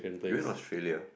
you went Australia